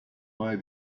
why